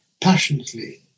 passionately